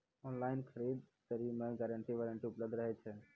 Online खरीद दरी मे गारंटी वारंटी उपलब्ध रहे छै?